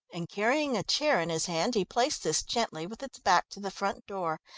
and, carrying a chair in his hand, he placed this gently with its back to the front door,